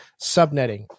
subnetting